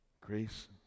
Grace